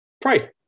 pray